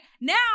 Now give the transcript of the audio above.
now